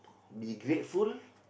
be grateful